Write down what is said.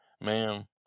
ma'am